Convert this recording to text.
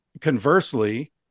conversely